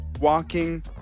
walking